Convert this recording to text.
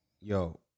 yo